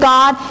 God